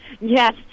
Yes